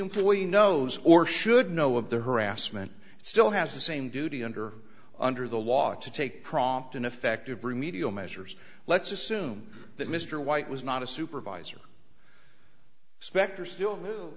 employee knows or should know of the harassment still has the same duty under under the law to take prompt and effective remedial measures let's assume that mr white was not a supervisor specter still